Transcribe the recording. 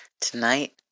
Tonight